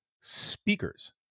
speakers